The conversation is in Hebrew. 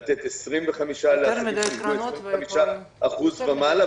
לתת לעסקים שאיבדו 25% ומעלה.